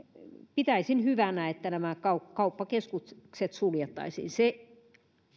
pitäisin hyvänä että kauppakeskukset suljettaisiin se